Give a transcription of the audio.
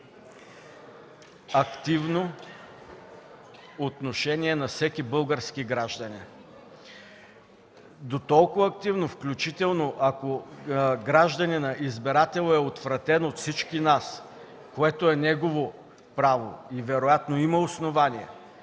активно отношение на всеки български гражданин. Дотолкова активно, включително ако гражданинът, избирателят е отвратен от всички нас, което е негово право и вероятно има основание,